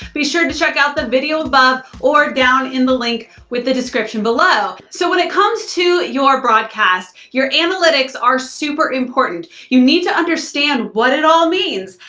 be sure to check out the video above or down in the link with the description below. so when it comes to your broadcast, your analytics are super important. you need to understand what it all means.